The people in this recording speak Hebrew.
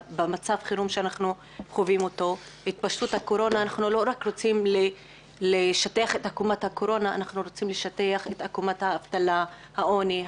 איננו רוצים רק לשטח את עקומת הקורונה אלא לשטח את עקומת האבטלה והעוני,